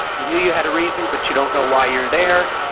you knew you had a reason, but you don't know why you're there.